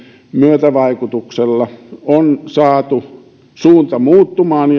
myötävaikutuksella on saatu suunta muuttumaan